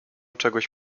czegoś